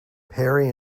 perry